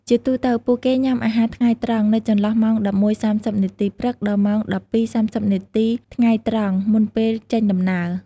ជាទូទៅ ពួកគេ ញ៉ាំអាហារថ្ងៃត្រង់ នៅចន្លោះម៉ោង ១១:៣០ នាទីព្រឹក ដល់ម៉ោង ១២:៣០ នាទីថ្ងៃត្រង់ មុនពេលចេញដំណើរ។